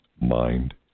Mind